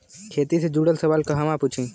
खेती से जुड़ल सवाल कहवा पूछी?